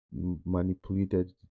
Manipulated